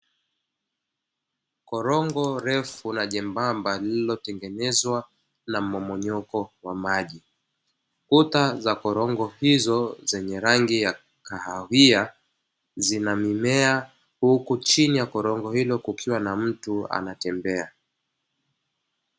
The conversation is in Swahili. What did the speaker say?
Korongo refu na jembemba lililotengenezwa na mmomonyoko wa maji, kuta za korongo hizo zenye rangi ya kahawia zina mimea huku chini ya korongo hilo kukiwa na mtu anatembea.